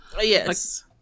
Yes